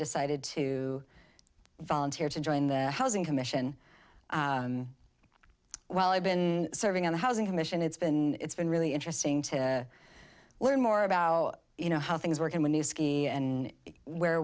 decided to volunteer to join their housing commission well i've been serving on the housing commission it's been it's been really interesting to learn more about you know how things work and when you ski and where